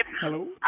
hello